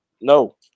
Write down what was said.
No